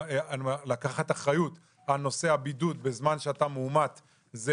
לקחת אחריות על נושא הבידוד בזמן שאתה מאומת זה